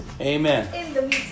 Amen